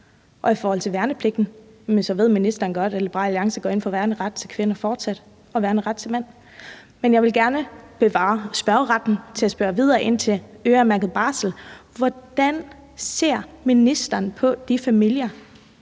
Og i forhold til værnepligten ved ministeren godt, at Liberal Alliance fortsat går ind for værneret til kvinder og værneret til mænd. Men jeg vil gerne bevare spørgeretten i forhold til at spørge videre ind til øremærket barsel. Hvordan ser ministeren på de familier,